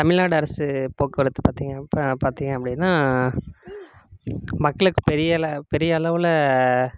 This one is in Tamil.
தமிழ்நாடு அரசு போக்குவரத்து பார்த்தீங்க பார்த்தீங்க அப்படின்னா மக்களுக்கு பெரிய லெ பெரிய அளவில்